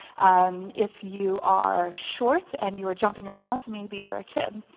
um if you are short and you are jumping around maybe you're a kid.